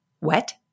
wet